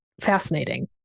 fascinating